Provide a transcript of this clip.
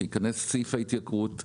שייכנס סעיף ההתייקרות,